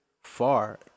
far